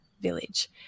village